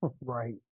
Right